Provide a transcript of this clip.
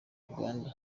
uganda